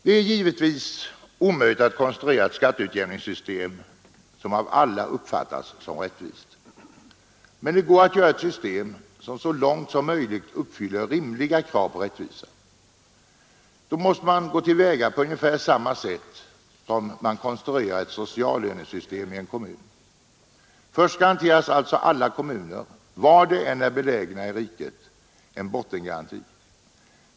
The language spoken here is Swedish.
Det är givetvis omöjligt att konstruera ett skatteutjämningssystem som av alla uppfattas som rättvist, men det går att göra ett system som så långt möjligt uppfyller rimliga krav på rättvisa. Då måste man förfara på ungefär samma sätt som när man konstruerar ett sociallönesystem i en kommun. Först fastställes för alla kommuner, var de än är belägna i riket, en bottengaranti.